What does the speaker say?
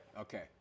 Okay